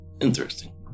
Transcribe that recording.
Interesting